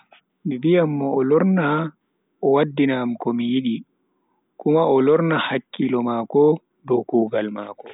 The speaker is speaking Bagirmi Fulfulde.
Mi viyan mo o lorna o waddina am komi yidi, kuma o lorna hakkilo mako dow kugaal mako.